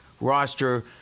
roster